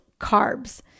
carbs